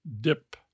dip